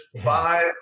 five